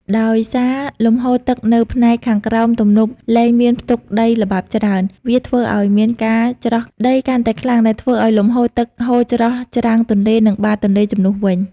ដោយសារលំហូរទឹកនៅផ្នែកខាងក្រោមទំនប់លែងមានផ្ទុកដីល្បាប់ច្រើន វាធ្វើឲ្យមានការច្រោះដីកាន់តែខ្លាំងដែលធ្វើឲ្យលំហូរទឹកហូរច្រោះច្រាំងទន្លេ និងបាតទន្លេ ជំនួសវិញ។